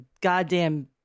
goddamn